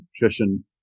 nutrition